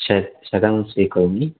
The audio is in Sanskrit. षट् शतं स्वीकरोमि